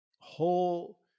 whole